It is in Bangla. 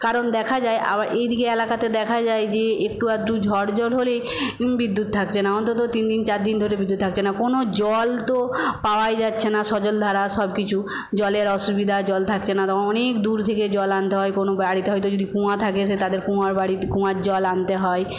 কারণ দেখা যায় আবার এইদিকের এলাকাতে দেখা যায় যে একটু আধটু ঝড়জল হলেই বিদ্যুৎ থাকছে না অন্তত তিনদিন চারদিন ধরে বিদ্যুৎ থাকছে না কোনো জল তো পাওয়াই যাচ্ছে না সজলধারা সব কিছু জলের অসুবিধা জল থাকছে না তখন অনেক দূর থেকে জল আনতে হয় কোনো বাড়িতে হয়তো যদি কুঁয়া থাকে সে তাদের কুঁয়ার বাড়ি কুঁয়ার জল আনতে হয়